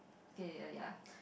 okay ya ya